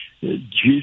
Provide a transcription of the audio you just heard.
Jesus